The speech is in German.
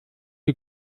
die